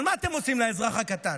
אבל מה אתם עושים לאזרח הקטן?